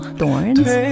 thorns